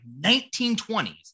1920s